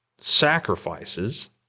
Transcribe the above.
sacrifices